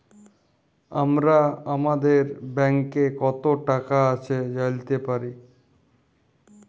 আমরা আমাদের ব্যাংকে কত টাকা আছে জাইলতে পারি